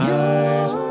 eyes